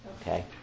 Okay